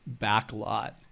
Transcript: backlot